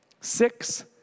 six